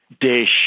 DISH